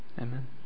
Amen